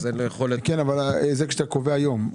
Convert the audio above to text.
זה כשאתה קובע היום.